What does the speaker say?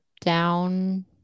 down